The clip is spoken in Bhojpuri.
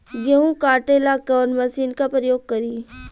गेहूं काटे ला कवन मशीन का प्रयोग करी?